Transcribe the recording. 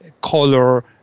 color